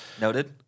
Noted